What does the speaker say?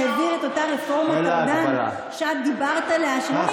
והעביר את אותה רפורמת ארדן, אדוני היושב-ראש, אין